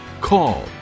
call